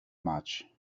much